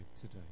today